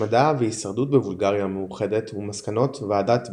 השמדה והישרדות בבולגריה המאוחדת ומסקנות ועדת בייסקי,